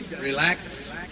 Relax